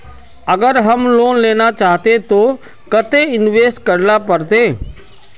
अगर हम लोन लेना चाहते तो केते इंवेस्ट करेला पड़ते?